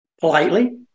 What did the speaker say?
politely